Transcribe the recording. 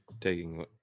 taking